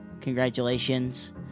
Congratulations